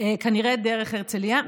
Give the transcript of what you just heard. כנראה דרך הרצליה.